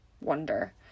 wonder